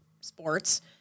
sports